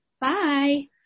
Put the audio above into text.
Bye